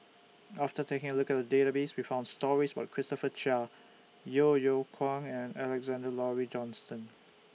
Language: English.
after taking A Look At The Database We found stories about Christopher Chia Yeo Yeow Kwang and Alexander Laurie Johnston